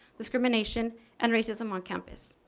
discrimination and racism on campus.